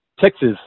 Texas